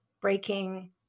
breaking